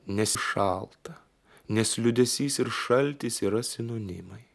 nes šalta nes liūdesys ir šaltis yra sinonimai